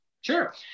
Sure